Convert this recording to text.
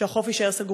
וחברות הכנסת,